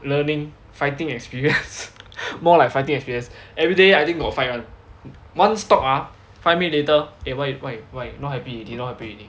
learning fighting experience more like fighting experience everyday I think got right one once stop ah five minute later eh why why why not happy already not happy already